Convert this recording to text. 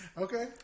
Okay